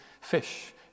fish